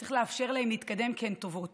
צריך לאפשר להן להתקדם כי הן טובות,